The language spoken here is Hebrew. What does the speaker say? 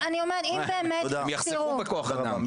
הם יחסכו בכוח אדם.